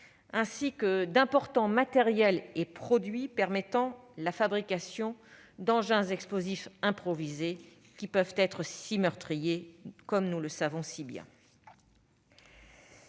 ainsi que d'importants matériels et produits permettant la fabrication d'engins explosifs improvisés qui peuvent être si meurtriers, comme nous le savons si bien.